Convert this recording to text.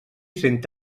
cent